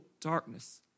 darkness